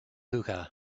hookah